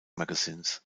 magazins